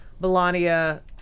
Melania